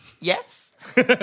Yes